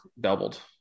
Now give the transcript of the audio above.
doubled